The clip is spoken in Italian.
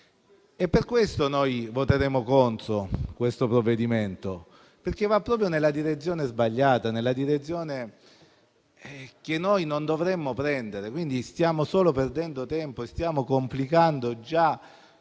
Per questo voteremo contro questo provvedimento, perché va proprio nella direzione sbagliata, quella che non dovremmo prendere. Stiamo solo perdendo tempo e stiamo complicando